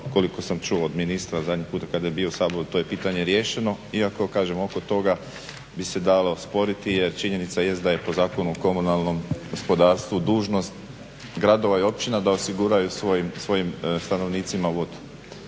Koliko sam čuo od ministra, zadnji puta kada je bio u Saboru, to je pitanje riješeno. Iako, kažem oko toga bi se dalo sporiti jer činjenica jest da je po zakonu, komunalnom gospodarstvu dužnost gradova i općina da osiguraju svojim stanovnicima vodu.